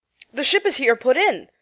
the ship is here put in,